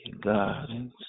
God